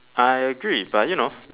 I agree but you know